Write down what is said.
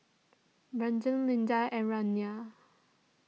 Brandon Linda and Raina